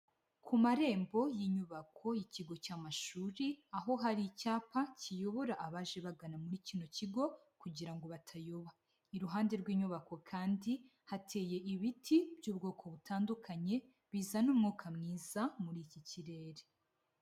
Ku marembo y'inyubako y'ikigo cy'amashuri aho hari icyapa kiyobora abaje bagana muri kino kigo kugira ngo batayoba, iruhande rw'inyubako kandi hateye ibiti by'ubwoko butandukanye bizana umwuka mwiza muri iki kirere.